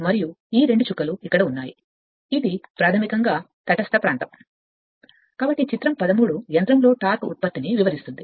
మరియు ఈ రెండు చుక్కలు ఇక్కడ ఉన్నాయి ఇది ప్రాథమికంగా తటస్థ ప్రాంతంRefer కాబట్టి చిత్రం 13 యంత్రం లో టార్క్ ఉత్పత్తిని వివరిస్తుంది